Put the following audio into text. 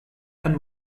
and